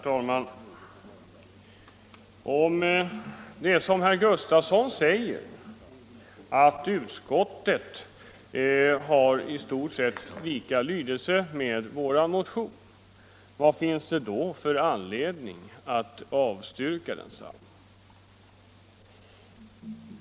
Herr talman! Om det är så som herr Gustavsson i Alvesta säger, att skrivningen i utskottets betänkande i stort sett är av samma lydelse som skrivningen i vår motion, vad har det då funnits för anledning för utskottet att avstyrka motionen?